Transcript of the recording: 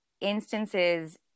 instances